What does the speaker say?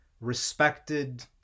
respected